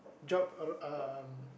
jog uh uh